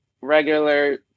regular